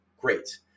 Great